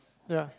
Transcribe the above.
ya